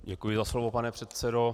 Děkuji za slovo, pane předsedo.